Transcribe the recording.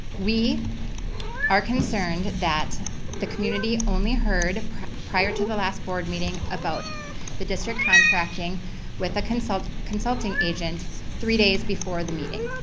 we are concerned that the community only heard prior to the last board meeting about the district contracting with a consulting consulting agent three days before the meeting.